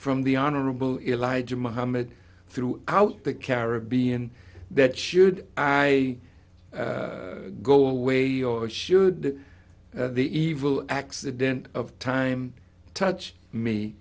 from the honorable eliza mohammed through out the caribbean that should i go away or should the evil accident of time touch me